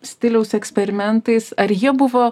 stiliaus eksperimentais ar jie buvo